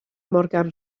morgan